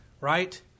right